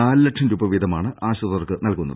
നാലു ലക്ഷം രൂപ വീതമാണ് ആശ്രിതർക്ക് നൽകുന്നത്